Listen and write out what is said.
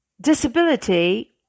Disability